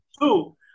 Two